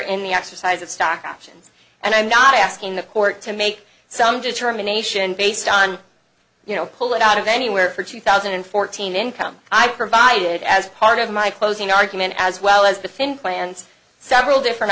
in the exercise of stock options and i'm not asking the court to make some determination based on you know pull it out of anywhere for two thousand and fourteen income i provided as part of my closing argument as well as the thin plans several different